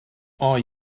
are